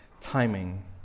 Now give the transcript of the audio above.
timing